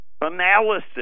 analysis